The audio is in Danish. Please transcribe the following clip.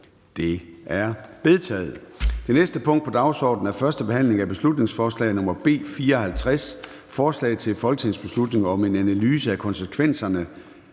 Det er vedtaget. --- Det næste punkt på dagsordenen er: 10) 1. behandling af beslutningsforslag nr. B 54: Forslag til folketingsbeslutning om en analyse af konsekvenser